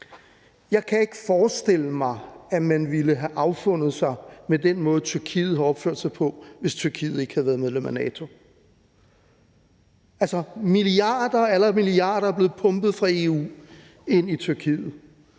Jeg kan ikke forestille mig, at man ville have affundet sig med den måde, Tyrkiet har opført sig på, hvis Tyrkiet ikke havde været medlem af NATO. Altså, milliarder og atter milliarder er blevet pumpet fra EU ind i Tyrkiet,